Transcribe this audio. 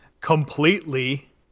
completely